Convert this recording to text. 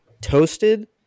toasted